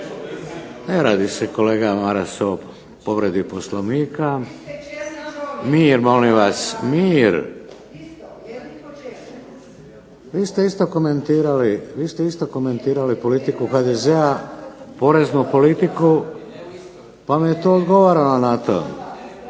Ne radi se kolega Maras o povredi Poslovnika. Mir molim vas. Vi ste isto komentirali politiku HDZ-a, poreznu politiku pa vam je odgovorila na to.